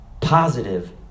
positive